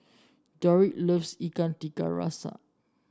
Roderic loves Ikan Tiga Rasa